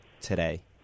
today